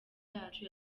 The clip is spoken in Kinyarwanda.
yacu